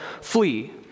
flee